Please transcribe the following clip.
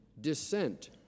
dissent